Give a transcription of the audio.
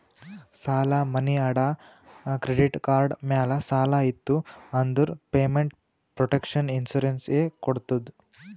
ಸಾಲಾ, ಮನಿ ಅಡಾ, ಕ್ರೆಡಿಟ್ ಕಾರ್ಡ್ ಮ್ಯಾಲ ಸಾಲ ಇತ್ತು ಅಂದುರ್ ಪೇಮೆಂಟ್ ಪ್ರೊಟೆಕ್ಷನ್ ಇನ್ಸೂರೆನ್ಸ್ ಎ ಕೊಡ್ತುದ್